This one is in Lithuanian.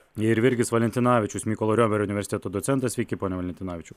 ir virgis valentinavičius mykolo riomerio universiteto docentas sveiki pone valentinavičiau